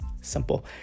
simple